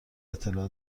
اطلاع